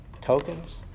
Tokens